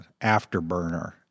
afterburner